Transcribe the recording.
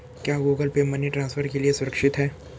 क्या Google Pay money transfer के लिए सुरक्षित है?